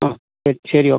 ആ ശരി ശരി ഓക്കെ